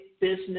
business